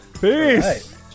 Peace